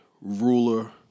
ruler